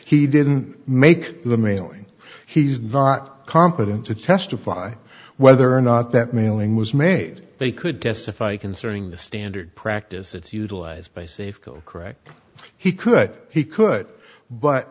he didn't make the mailing he's not competent to testify whether or not that mailing was made they could testify concerning the standard practice that's utilized by safeco correct he could he could but